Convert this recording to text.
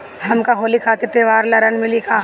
हमके होली खातिर त्योहार ला ऋण मिली का?